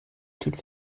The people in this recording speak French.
toute